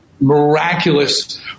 miraculous